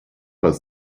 das